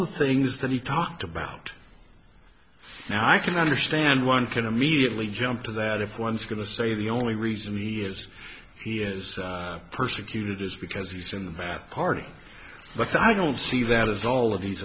the things that he talked about and i can understand one can immediately jump to that if one's going to say the only reason he is he is persecuted is because he's in the bath party but i don't see that at all